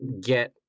get